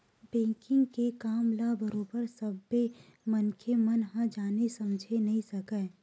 banking के काम ल बरोबर सब्बे मनखे मन ह जाने समझे नइ सकय